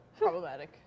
problematic